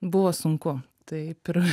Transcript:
buvo sunku taip ir